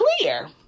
clear